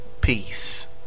peace